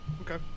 Okay